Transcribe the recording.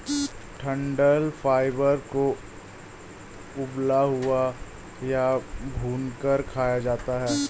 डंठल फाइबर को उबला हुआ या भूनकर खाया जाता है